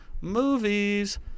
Movies